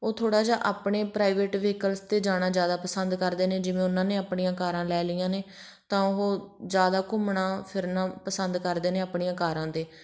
ਉਹ ਥੋੜ੍ਹਾ ਜਿਹਾ ਆਪਣੇ ਪ੍ਰਾਈਵੇਟ ਵਹੀਕਲਸ 'ਤੇ ਜਾਣਾ ਜ਼ਿਆਦਾ ਪਸੰਦ ਕਰਦੇ ਨੇ ਜਿਵੇਂ ਉਹਨਾਂ ਨੇ ਆਪਣੀਆਂ ਕਾਰਾਂ ਲੈ ਲਈਆਂ ਨੇ ਤਾਂ ਉਹ ਜ਼ਿਆਦਾ ਘੁੰਮਣਾ ਫਿਰਨਾ ਪਸੰਦ ਕਰਦੇ ਨੇ ਆਪਣੀਆਂ ਕਾਰਾਂ 'ਤੇ